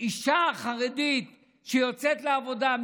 אישה חרדית שיוצאת לעבודה,